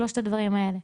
שלושת הדברים האלה.